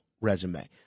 resume